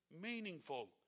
Meaningful